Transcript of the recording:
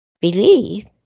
believe